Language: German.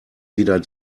wieder